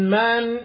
man